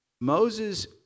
Moses